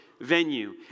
venue